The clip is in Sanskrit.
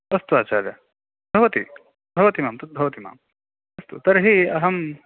अस्तु आचार्यः भवति भवति मां तत् भवति मां अस्तु तर्हि अहं